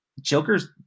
Joker's